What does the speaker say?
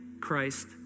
Christ